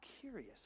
curious